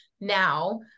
now